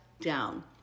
down